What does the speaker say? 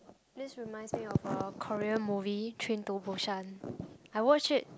this reminds me of a Korean movie Train-to-Busan I watch it